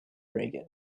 regan